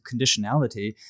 conditionality